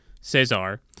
Cesar